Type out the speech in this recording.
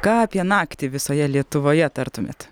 ką apie naktį visoje lietuvoje tartumėt